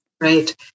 right